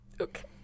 Okay